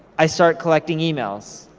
i start collecting emails.